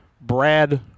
Brad